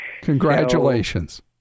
Congratulations